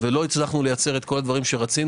ולא הצלחנו לייצר את כל הדברים שרצינו